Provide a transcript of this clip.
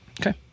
Okay